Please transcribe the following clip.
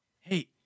Hey